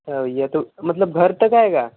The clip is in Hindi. अच्छा भैया तो मतलब घर तक आयेगा